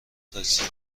تاکسی